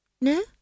No